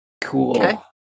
Cool